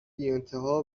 بیانتها